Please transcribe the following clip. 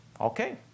Okay